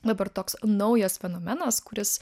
dabar toks naujas fenomenas kuris